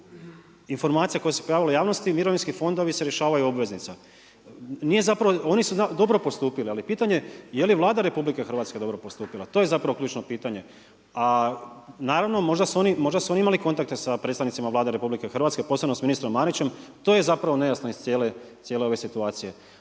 informacija koji su se pojavili u javnosti, mirovinski fondovi se rješavaju u obveznicama. Nije zapravo, oni su dobro postupili, ali pitanje je je li Vlada RH dobro postupila? To je zapravo ključno pitanje, a naravno, možda su oni, možda su oni imali kontakte predstavnicima Vlade RH, posebno sa ministrom Marićem, to je zapravo nejasno iz cijele ove situacije,